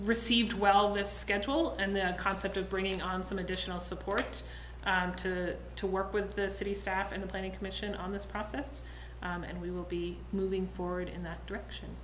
received well this schedule and the concept of bringing on some additional support to the to work with the city staff and the planning commission on this process and we will be moving forward in that direction